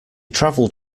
travelled